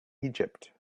egypt